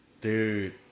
dude